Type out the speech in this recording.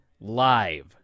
live